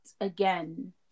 again